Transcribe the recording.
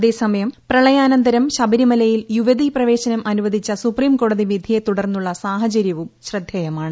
അത്ത്സമയം പ്രളയാനന്തരം ശബരിമലയിൽ യുവതീ പ്രവേശനം ്അനുവദിച്ച സുപ്രീംകോടതി വിധിയെ തുടർന്നുള്ള സാഹചര്യവും ശ്രദ്ധേയമാണ്